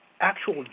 actual